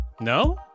No